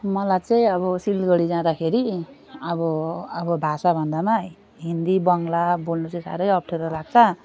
मलाई चाहिँ अब सिलगढी जाँदाखेरि अब अब भाषा भन्दामा हिन्दी बङ्गला बोल्नु चाहिँ साह्रै अप्ठ्यारो लग्छ